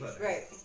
Right